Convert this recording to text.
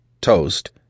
toast